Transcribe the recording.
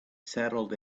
settled